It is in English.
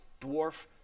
dwarf